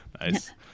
Nice